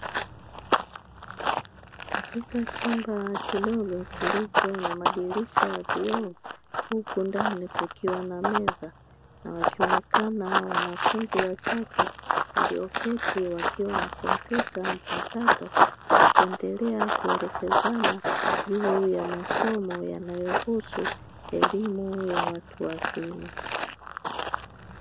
Katika chumba kidogo kilicho na madirisha ya vioo huku ndani kukiwa na meza, na wakionekana wanafunzi wachache walioketi wakiwa na kompyuta mpakato; wakiendelea kuelekezana juu ya masomo yanayohusu elimu ya watu wazima.